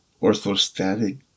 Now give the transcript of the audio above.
orthostatic